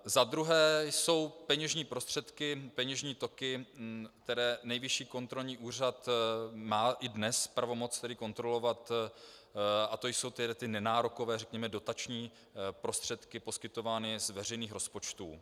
Za druhé jsou peněžní prostředky, peněžní toky, které Nejvyšší kontrolní úřad má i dnes pravomoc kontrolovat, a to jsou ty nenárokové, řekněme dotační prostředky poskytované z veřejných rozpočtů.